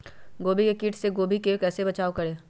गोभी के किट से गोभी का कैसे बचाव करें?